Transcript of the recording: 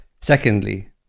Secondly